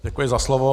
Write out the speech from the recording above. Děkuji za slovo.